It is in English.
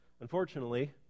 Unfortunately